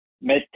met